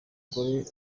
gore